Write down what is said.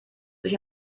sich